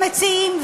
למציעים,